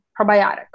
probiotic